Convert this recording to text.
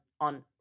on